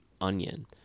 onion